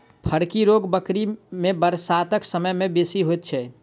फड़की रोग बकरी मे बरसातक समय मे बेसी होइत छै